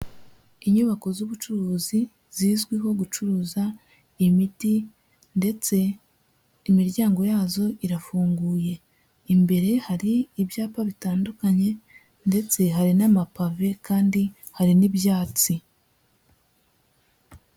Inyubako z'ubucuruzi zizwiho gucuruza imiti, ndetse imiryango yazo irafunguye. Imbere hari ibyapa bitandukanye, ndetse hari n'amapave kandi hari n'ibyatsi.